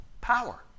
power